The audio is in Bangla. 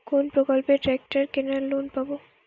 কোন প্রকল্পে ট্রাকটার কেনার লোন পাব?